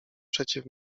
przeciw